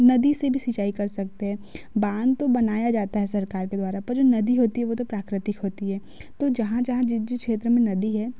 नदी से भी सिंचाई कर सकते हैं बांध तो बनाया जाता है सरकार के द्वारा पर नदी होती है वो तो प्राकृतिक होती है तो जहाँ जहाँ जिस जिस क्षेत्र में नदी है